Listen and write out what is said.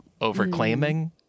overclaiming